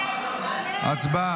לכתר אותה,